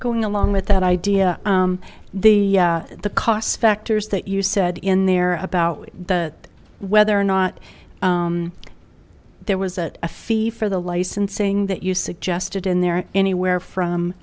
going along with that idea the the cost factors that you said in there about the whether or not there was a fee for the licensing that you suggested in there anywhere from